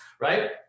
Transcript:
Right